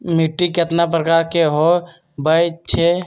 मिट्टी कतना प्रकार के होवैछे?